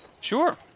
Sure